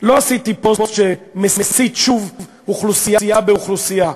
לא עשיתי פוסט שמסית שוב אוכלוסייה באוכלוסייה,